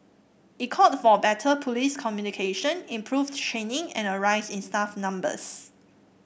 it called for better police communication improved training and a rise in staff numbers